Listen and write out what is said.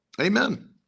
amen